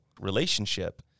relationship